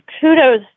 kudos